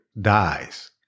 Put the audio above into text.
dies